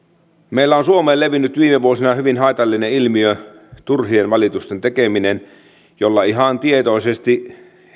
meillä on suomeen levinnyt viime vuosina hyvin haitallinen ilmiö turhien valitusten tekeminen jolla ihan tietoisesti